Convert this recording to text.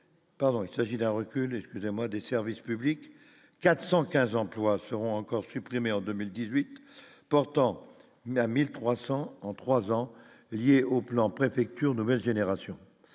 il s'agit d'un recul, excusez-moi des services publics 415 emplois seront encore supprimés en 2018, portant à 1300 en 3 ans liée au plan préfecture nouvelle génération,